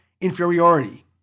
inferiority